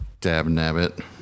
Dab-nabbit